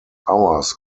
hours